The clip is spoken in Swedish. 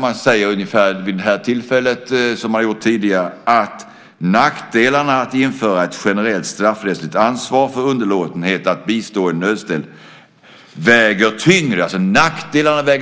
Man säger vid det här tillfället ungefär som man har gjort tidigare - att nackdelarna med att införa ett generellt straffrättsligt ansvar för underlåtenhet att bistå en nödställd väger